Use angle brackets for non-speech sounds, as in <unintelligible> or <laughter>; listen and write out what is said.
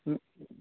<unintelligible>